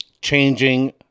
changing